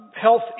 health